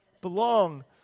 Belong